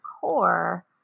core